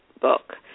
book